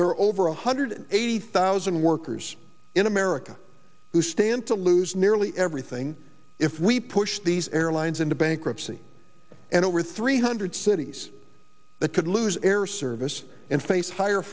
are over one hundred eighty thousand workers in america who stand to lose nearly everything if we push these airlines into bankruptcy and over three hundred cities that could lose air service and face higher